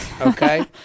okay